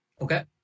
Okay